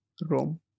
room